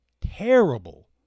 terrible